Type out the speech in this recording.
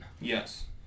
Yes